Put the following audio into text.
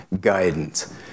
guidance